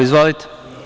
Izvolite.